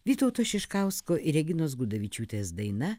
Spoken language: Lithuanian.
vytauto šiškausko ir reginos gudavičiūtės daina